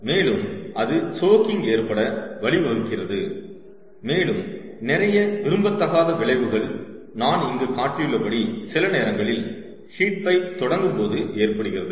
மேலும் அது சோகிங் ஏற்பட வழிவகுக்கிறது மேலும் நிறைய விரும்பத்தகாத விளைவுகள் நான் இங்கு காட்டியுள்ளபடி சில நேரங்களில் ஹீட் பைப் தொடங்கும்போது ஏற்படுகிறது